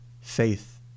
faith